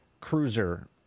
Cruiser